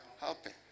Helping